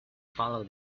follow